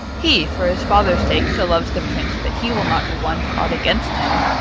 he for his father's sake so loves the prince that he will not be won to aught against him.